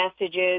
messages